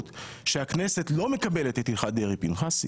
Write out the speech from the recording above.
שהכנסת לא מקבלת את הלכת דרעי-פנחסי,